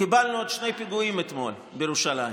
קיבלנו עוד שני פיגועים אתמול בירושלים.